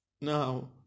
Now